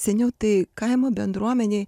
seniau tai kaimo bendruomenėj